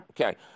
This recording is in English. Okay